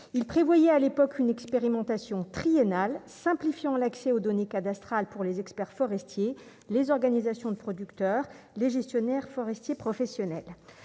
il prévoyait à l'époque une expérimentation triennal simplifiant l'accès aux données cadastrales pour les experts forestiers, les organisations de producteurs, les gestionnaires forestiers professionnels,